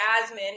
Jasmine